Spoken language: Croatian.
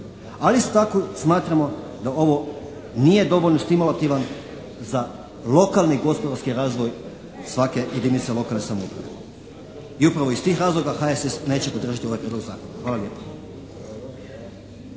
isto tako smatramo da ovo nije dovoljno stimulativan za lokalni gospodarski razvoj svake jedinice lokalne samouprave. I upravo iz tih razloga HSS neće podržati ovaj prijedlog zakona. Hvala lijepa.